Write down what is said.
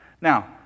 Now